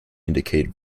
indicate